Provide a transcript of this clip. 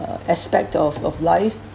uh aspect of of life